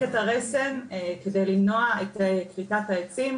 את הרסן כדי למנוע את כריתת העצים,